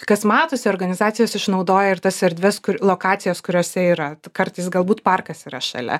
kas matosi organizacijos išnaudoja ir tas erdves kur lokacijos kuriose yra kartais galbūt parkas yra šalia